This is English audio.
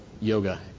yoga